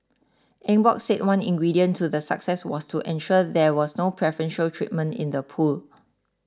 Eng Bock said one ingredient to the success was to ensure there was no preferential treatment in the pool